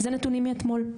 זה נתונים מאתמול.